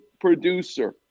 producer